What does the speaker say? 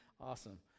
awesome